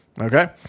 Okay